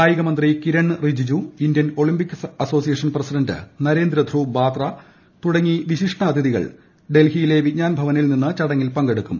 കായികമന്ത്രി Kiran Rijiju Indian Olympics association president നരേന്ദ്രധ്രുവ് Batra തുടങ്ങി വിശിഷ്ടാതിഥികൾ ഡൽഹിയിലെ വിജ്ഞാൻ ഭവനിൽ നിന്ന് ചടങ്ങിൽ പങ്കെടുക്കും